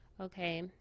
okay